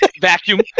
Vacuum